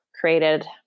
created